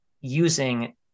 using